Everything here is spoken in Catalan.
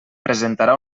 presentarà